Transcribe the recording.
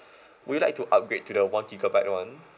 will you like to upgrade to the one gigabyte one